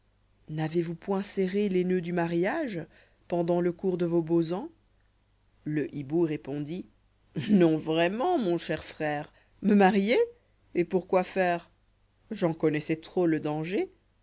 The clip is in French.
avez-vous point serrg les noeuds du mariages jfo fables pendant le cours de vos beaux ans le hibou répondit non vraiment mon cher frère me marier et pourquoi faire j'en connoissois trop le danger